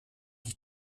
die